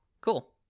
Cool